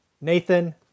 nathan